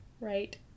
Right